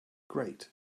great